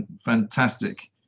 fantastic